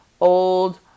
old